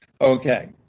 Okay